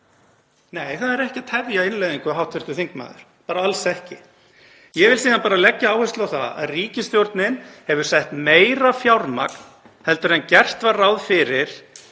Nei, það er ekki að tefja innleiðingu, hv. þingmaður, bara alls ekki. Ég vil bara leggja áherslu á það að ríkisstjórnin hefur sett meira fjármagn en gert var ráð fyrir